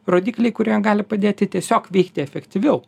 rodikliai kurie gali padėti tiesiog veikti efektyviau